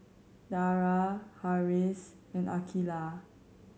Dara Harris and Aqilah